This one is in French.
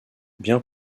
bien